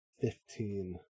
Fifteen